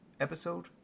episode